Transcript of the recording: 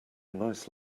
nice